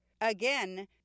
Again